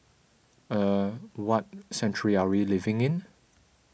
er what century are we living in